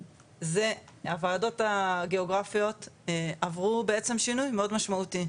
הוועדות הגיאוגרפיות עברו בעצם שינוי מאוד משמעותי.